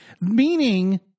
Meaning